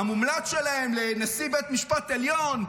שהמומלץ שלהם לנשיא בית המשפט עליון,